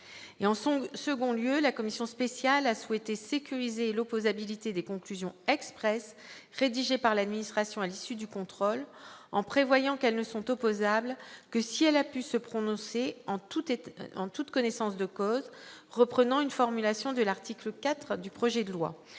En second lieu, la commission spéciale a souhaité sécuriser l'opposabilité des conclusions expresses rédigées par l'administration à l'issue du contrôle, en prévoyant qu'elles ne sont opposables que si elle a pu se prononcer en toute connaissance de cause, reprenant une formulation de l'article 4 du projet de loi.